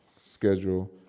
schedule